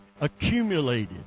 accumulated